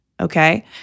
Okay